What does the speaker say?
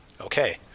Okay